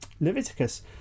Leviticus